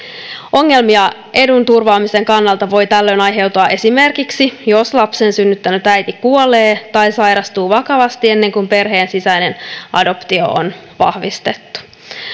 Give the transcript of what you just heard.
ongelmia edun turvaamisen kannalta voi tällöin aiheutua esimerkiksi jos lapsen synnyttänyt äiti kuolee tai sairastuu vakavasti ennen kuin perheen sisäinen adoptio on vahvistettu